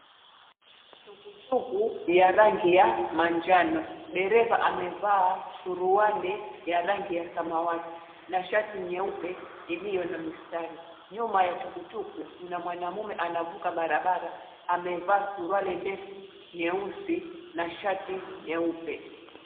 Tukutuku ya rangi ya manjano. Dereva amevaa suruali ya rangi ya samawati na shati nyeupe iliyo na mistari. Nyuma ya tukutuku kuna mwanamme anavuka barabara amevaa suruali ndefu nyeusi na shati nyeupe.